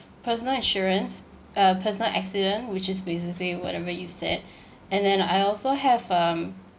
personal insurance uh personal accident which is basically whatever you said and then I also have um